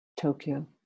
Tokyo